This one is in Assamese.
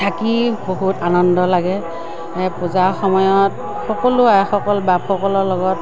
থাকি বহুত আনন্দ লাগে পূজা সময়ত সকলো আইসকল বাপসকলৰ লগত